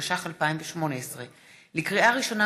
התשע"ח 2018. לקריאה ראשונה,